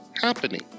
happening